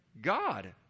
God